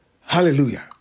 Hallelujah